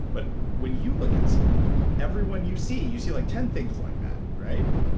but when you look at someone, everyone you see, you see like ten things like that, right?